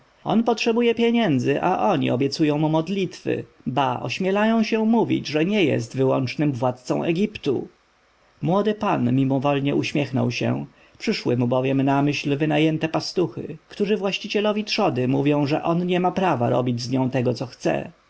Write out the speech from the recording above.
on potrzebuje pieniędzy a oni obiecują mu modlitwy ba ośmielają się mówić że nie jest wyłącznym władcą egiptu młody pan mimowoli uśmiechnął się przyszły mu bowiem na myśl wynajęte pastuchy którzy właścicielowi trzody mówią że on nie ma prawa robić z nią tego co chce